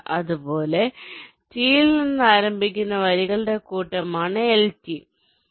അതുപോലെ T യിൽ നിന്ന് ആരംഭിക്കുന്ന വരികളുടെ കൂട്ടമാണ് നിങ്ങൾക്ക് LT ഉള്ളത്